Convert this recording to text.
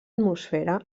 atmosfera